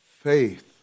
faith